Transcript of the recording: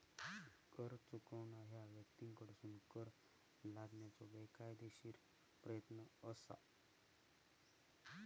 कर चुकवणा ह्या व्यक्तींकडसून कर लादण्याचो बेकायदेशीर प्रयत्न असा